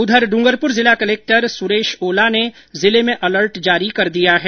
उधर डूंगरपुर जिला कलेक्टर सुरेश ओला ने जिले में अलर्ट जारी कर दिया है